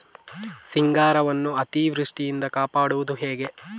ಸಿಂಗಾರವನ್ನು ಅತೀವೃಷ್ಟಿಯಿಂದ ಕಾಪಾಡುವುದು ಹೇಗೆ?